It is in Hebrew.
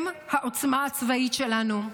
הם העוצמה הצבאית שלנו.